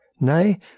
nay